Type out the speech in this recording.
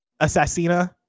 Assassina